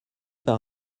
par